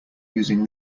using